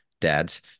dads